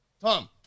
Tom